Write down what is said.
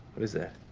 what is that?